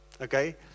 Okay